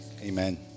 Amen